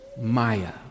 Maya